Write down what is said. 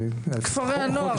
כפרי הנוער.